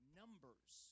numbers